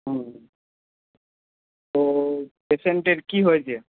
হুম তো পেশেন্টের কি হয়েছে